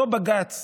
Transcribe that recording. אותו בג"ץ